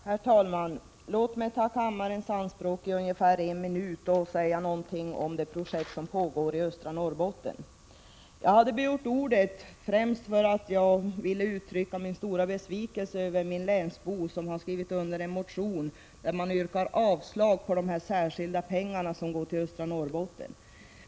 Herr talman! Låt mig ta kammarens anspråk i ungefär en minut och säga någonting om det projekt som pågår i östra Norrbotten. Jag hade begärt ordet främst för att jag ville uttrycka min stora besvikelse över att en länsbo har skrivit under en motion där man yrkar avslag på de särskilda pengar som går till östra Norrbotten.